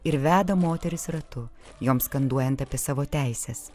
ir veda moteris ratu joms skanduojant apie savo teises